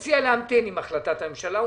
אני מציע להמתין עם החלטת הממשלה.